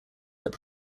that